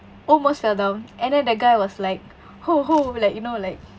almost fell down and then the guy was like ho ho like you know like